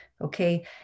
okay